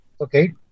okay